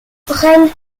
prennent